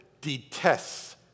detests